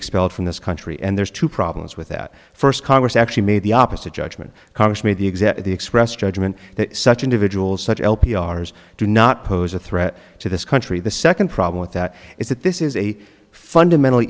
expelled from this country and there's two problems with that first congress actually made the opposite judgment congress made the exact the express judgment that such individuals such as ours do not pose a threat to this country the second problem with that is that this is a fundamental